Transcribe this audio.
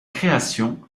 création